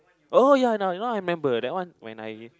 oh ya now now I remember that one when I